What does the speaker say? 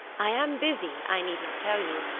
i am busy, i need not tell you,